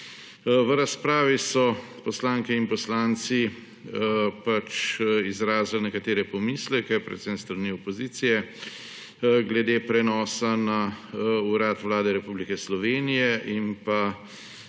V razpravi so poslanke in poslanci izrazili nekatere pomisleke, predvsem s strani opozicije glede prenosa na Urad Vlade Republike Slovenije in